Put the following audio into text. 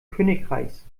königreichs